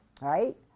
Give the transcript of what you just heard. right